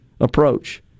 approach